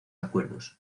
acuerdos